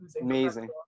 Amazing